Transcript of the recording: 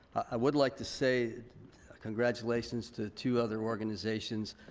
i would like to say congratulations to two other organizations.